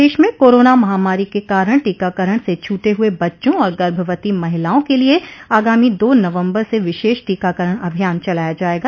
प्रदश में कोरोना महामारी के कारण टीकाकरण से छूटे हुए बच्चों और गर्भवती महिलाओं के लिए आगामी दो नवम्बर से विशेष टीकाकरण अभियान चलाया जायेगा